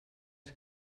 els